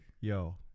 Yo